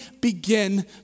begin